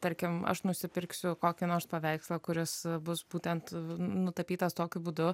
tarkim aš nusipirksiu kokį nors paveikslą kuris bus būtent nutapytas tokiu būdu